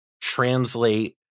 translate